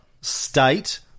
State